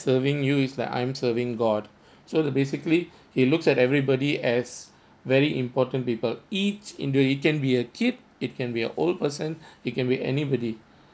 serving you is like I'm serving god so the basically he looks at everybody as very important people each indi~ it can be a kid it can be a old person it can be anybody